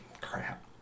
Crap